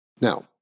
Now